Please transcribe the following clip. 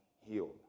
healed